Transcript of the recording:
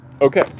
Okay